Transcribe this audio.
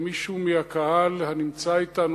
אם מישהו מהקהל הנמצא אתנו,